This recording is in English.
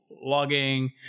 logging